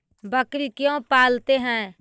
बकरी क्यों पालते है?